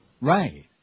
Right